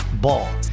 Ball